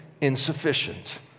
insufficient